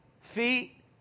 Feet